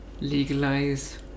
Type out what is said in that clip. legalize